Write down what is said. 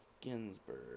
Ginsburg